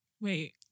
Wait